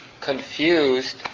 confused